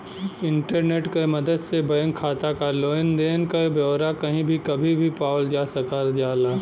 internet क मदद से बैंक खाता क लेन देन क ब्यौरा कही भी कभी भी पावल जा सकल जाला